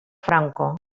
franco